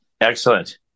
Excellent